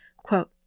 quote